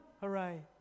Hooray